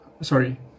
Sorry